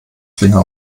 finger